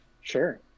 Sure